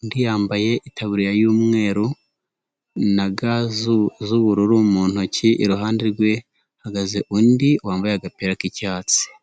undi yambaye itaburiya y'umweru na ga z'ubururu mu ntoki, iruhande rwe hahagaze undi wambaye agapira k'icyatsi.